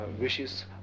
wishes